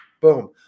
boom